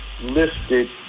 listed